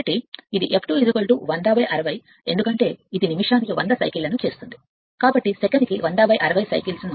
ఎందుకంటే f2 తప్ప కాబట్టి ఇది f2 10060 ఎందుకంటే ఇది నిమిషానికి 100 సైకిల్స్ ను తయారు చేస్తుంది కాబట్టి సెకనుకు 10060 సైకిల్స్ 50